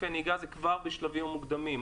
הנהיגה הבעייתי שלהם כבר בשלבים המוקדמים.